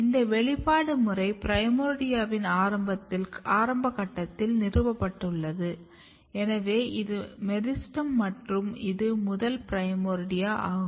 இந்த வெளிப்பாடு முறை பிரைமோர்டியாவின் ஆரம்பத்தில் கட்டத்தில் நிறுவப்பட்டுள்ளது எனவே இது மெரிஸ்டெம் மற்றும் இது முதல் பிரைமோர்டியா ஆகும்